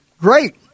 Great